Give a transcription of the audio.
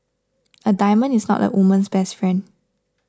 a diamond is not a woman's best friend